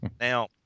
Now